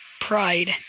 pride